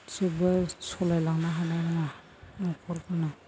जेबो सालायलांनो हानाय नङा न'खरखौनो